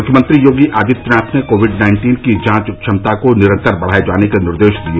मुख्यमंत्री योगी आदित्यनाथ ने COVID nineteen की जांच क्षमता को निरन्तर बढ़ाए जाने के निर्देश दिए